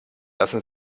lassen